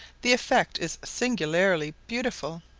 the effect is singularly beautiful.